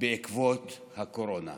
בעקבות הקורונה.